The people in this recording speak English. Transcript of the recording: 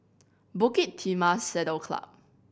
Bukit Timah Saddle Club